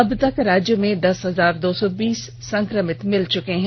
अब तक राज्य में दस हजार दो सौ बीस संक्रमित मिल चुके हैं